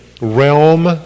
realm